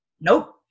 Nope